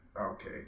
Okay